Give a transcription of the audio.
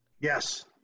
Yes